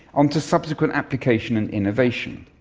on to subsequent application and innovation.